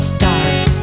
die